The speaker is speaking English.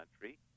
country